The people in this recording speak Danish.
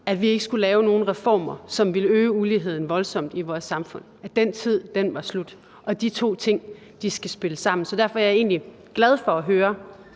at vi ikke skulle lave nogen reformer, som ville øge uligheden voldsomt i vores samfund; at den tid var slut. Og de to ting skal spille sammen. Så derfor er jeg egentlig glad for at høre